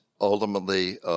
ultimately –